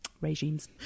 regimes